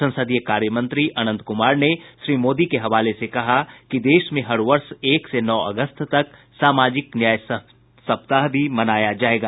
संसदीय कार्य मंत्री अनंत कुमार ने श्री मोदी के हवाले से कहा कि देश में हर वर्ष एक से नौ अगस्त तक सामाजिक न्याय सप्ताह भी मनाया जायेगा